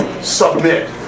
submit